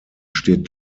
steht